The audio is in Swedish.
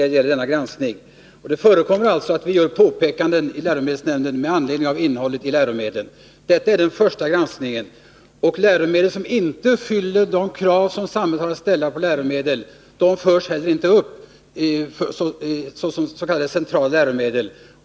Det förekommer att vi gör påpekanden i läromedelsnämnden med anledning av innehållet i läromedlen. Det är den första granskningen. Läromedel som inte fyller de krav som samhället har att ställa på läromedel förs inte heller upp såsom s.k. centrala läromedel.